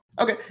Okay